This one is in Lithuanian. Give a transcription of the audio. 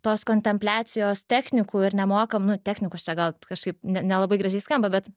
tos kontempliacijos technikų ir nemokam nu technikos čia gal kažkaip ne nelabai gražiai skamba bet